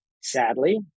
sadly